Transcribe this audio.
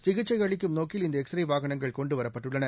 சிகிச்சை அளிக்கும் நோக்கில் இந்த எக்ஸ்ரே வாகனங்கள் கொண்டு வரப்பட்டுள்ளன